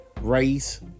race